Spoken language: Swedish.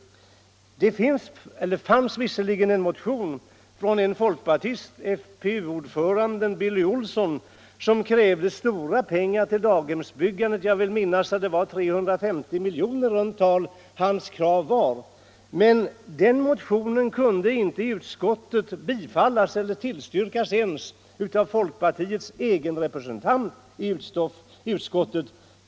Det fanns visserligen en motion från en folkpartist, FPU-ordföranden Billy Olsson, vari krävdes stora pengar till daghemsbyggande. Jag vill minnas att det rörde sig om 350 milj.kr. Men den motionen kunde i utskottet inte tillstyrkas ens av folkpartiets egen representant.